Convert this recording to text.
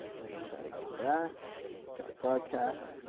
let me try to come back. start broadcast.